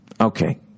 Okay